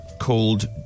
Called